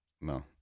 no